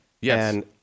Yes